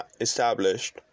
established